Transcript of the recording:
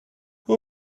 who